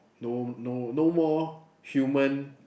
no no no more human